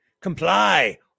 comply